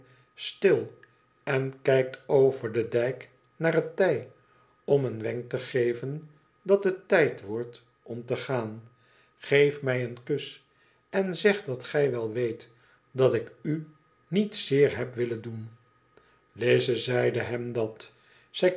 stil en kijkt over den dijk naar het tij om een wenk te geven dat het tijd wordt om te gaan geef mij een kus en zeg dat gij wel weet dat ik u niet zeer heb willen doen lize zeide hem dat